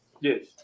Yes